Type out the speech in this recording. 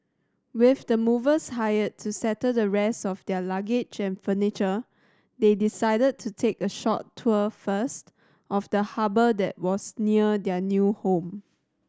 with the movers hired to settle the rest of their luggage and furniture they decided to take a short tour first of the harbour that was near their new home